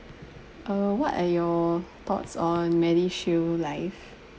uh what are you thoughts on medishield life